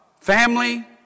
family